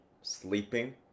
sleeping